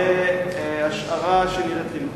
זו השערה שנראית לי נכונה.